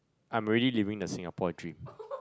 I'm already living the Singapore dream